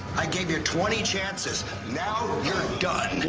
i gave you twenty chances. now, you're done.